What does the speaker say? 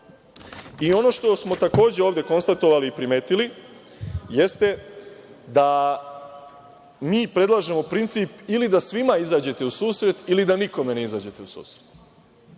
ono što smo takođe ovde konstatovali i primetili jeste da mi predlažemo princip – ili da svima izađete u susret, ili da nikome ne izađete u susret.